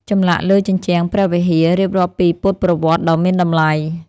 ចម្លាក់លើជញ្ជាំងព្រះវិហារ រៀបរាប់ពីពុទ្ធប្រវត្តិដ៏មានតម្លៃ។